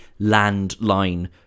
landline